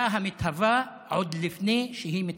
הממשלה המתהווה עוד לפני שהיא מתהווה.